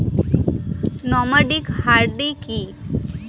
Nomadic hardy কি?